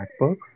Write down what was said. MacBooks